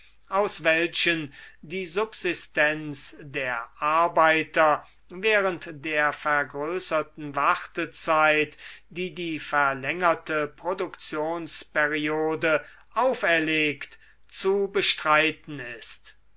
aus welchen die subsistenz der arbeiter während der vergrößerten wartezeit die die verlängerte produktionsperiode auferlegt zu bestreiten ist